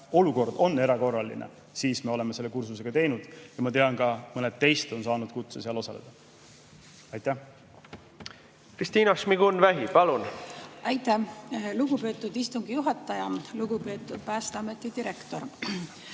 olukord on erakorraline, siis me oleme selle kursuse ka teinud ja ma tean, et ka mõned teist on saanud kutse seal osaleda. Kristina Šmigun-Vähi, palun! Kristina Šmigun-Vähi, palun! Aitäh, lugupeetud istungi juhataja! Lugupeetud Päästeameti direktor!